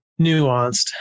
nuanced